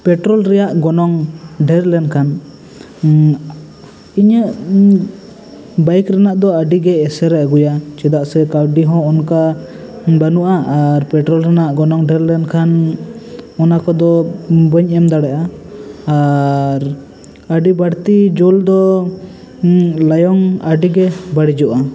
petrol ᱨᱮᱭᱟᱜ ᱜᱚᱱᱚᱝ ᱰᱷᱮᱨ ᱞᱮᱱ ᱠᱷᱟᱱ ᱤᱧᱟᱹᱜ ᱵᱟᱭᱤᱠ ᱨᱮᱱᱟᱜ ᱫᱚ ᱟᱹᱰᱤ ᱜᱮ ᱮᱥᱮᱨ ᱮ ᱟᱜᱩᱭᱟ ᱪᱮᱫᱟᱜ ᱥᱮ ᱠᱟᱹᱣᱰᱤ ᱦᱚᱸ ᱚᱱᱠᱟ ᱵᱟᱹᱱᱩᱜᱼᱟ ᱟᱨ ᱯᱮᱴᱨᱚᱞ ᱨᱮᱱᱟᱝ ᱜᱚᱱᱚᱝ ᱰᱷᱮᱨ ᱞᱮᱱ ᱠᱷᱟᱱ ᱚᱱᱟ ᱠᱚᱫᱚ ᱵᱟᱝ ᱮᱢ ᱫᱟᱲᱮᱭᱟᱜᱼᱟ ᱟᱨ ᱟᱹᱰᱤ ᱵᱟᱹᱲᱛᱤ ᱡᱳᱞ ᱫᱚ ᱞᱟᱭᱚᱝ ᱟᱹᱰᱤ ᱜᱮ ᱵᱟᱹᱲᱤᱡᱚᱜᱼᱟ